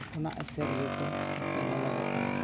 ᱚᱱᱟ ᱮᱥᱮᱨ ᱤᱭᱟᱹᱛᱮ ᱱᱤᱛᱚᱜ ᱧᱮᱞᱚᱜᱚᱜ ᱠᱟᱱᱟ